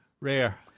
Rare